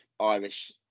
Irish